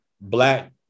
black